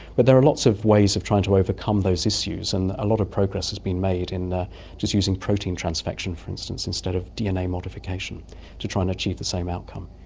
but there are lots of ways of trying to overcome those issues and a lot of progress has been made in just using protein transfection, for instance, instead of dna modification to try and achieve the same outcome.